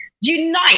unite